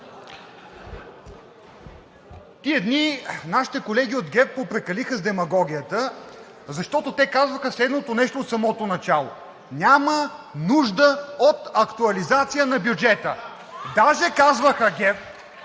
Тези дни нашите колеги от ГЕРБ попрекалиха с демагогията, защото казваха следното нещо от самото начало: няма нужда от актуализация на бюджета. (Шум и